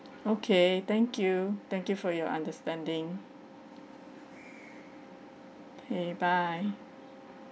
okay thank you thank you for your understanding kay~ bye